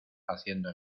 haciendo